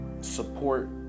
support